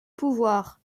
pouvoir